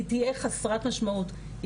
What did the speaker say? היא תהיה חסרת משמעות,